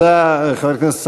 תודה, חבר הכנסת סעדי.